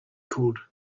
called